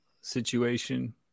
situation